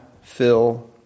Phil